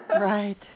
Right